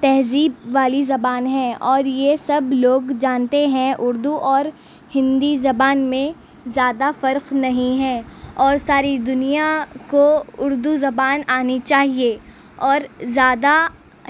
تہذیب والی زبان ہے اور یہ سب لوگ جانتے ہیں اردو اور ہندی زبان میں زیادہ فرق نہیں ہے اور ساری دنیا کو اردو زبان آنی چاہیے اور زیادہ